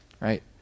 right